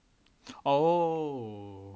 oh